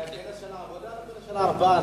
בכנס של העבודה, או של הארבעה?